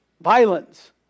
violence